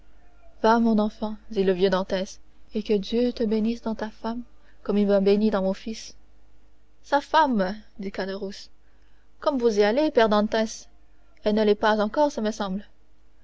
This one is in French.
va mon enfant dit le vieux dantès et que dieu te bénisse dans ta femme comme il m'a béni dans mon fils sa femme dit caderousse comme vous y allez père dantès elle ne l'est pas encore ce me semble